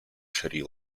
шри